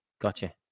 gotcha